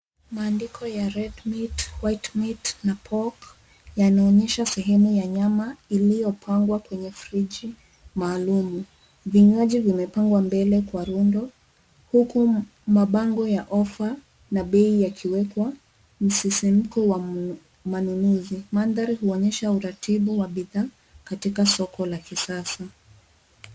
Maandiko ya red meat, white meat na pork yanaonyesha sehemu ya nyama iliyopangwa kwenye friji maalum. Vinywaji vimepangwa mbele kwa rundo huku mabango ya ofa na bei yakiwekwa msisimko wa manunuzi. Mandhari huonyesha uratibu wa bidhaa katika soko la kisasa.